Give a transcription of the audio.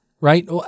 right